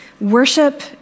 Worship